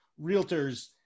realtors